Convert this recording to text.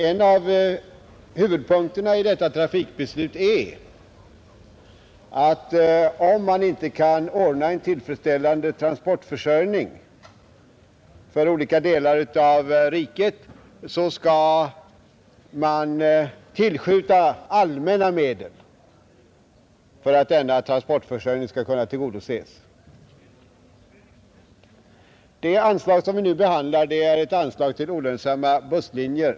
En av huvudpunkterna i detta trafikbeslut är att om en tillfredsställande transportförsörjning inte kan ordnas för olika delar av riket, skall allmänna medel tillskjutas för att denna transportförsörjning skall kunna tillgodoses. Det anslag som vi nu behandlar är ett anslag till olönsamma busslinjer.